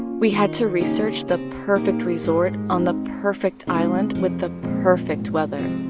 we had to research the perfect resort on the perfect island with the perfect weather.